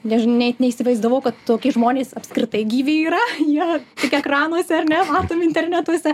nežin net neįsivaizdavau kad tokie žmonės apskritai gyvi yra jie tik ekranuose ar ne matom internetuose